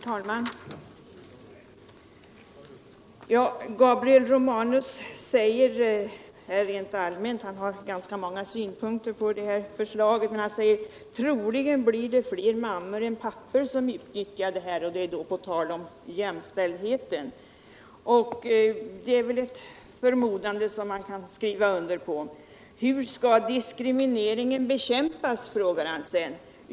Herr talman! Gabriel Romanus säger rent allmänt på tal om jämställdheten — han har ganska många synpunkter på detta förslag — att det troligen blir fler mammor än pappor som utnyttjar denna rätt. Det är ett förmodande som man väl kan skriva under på. Sedan frågar han: Hur skall diskrimineringen bekämpas?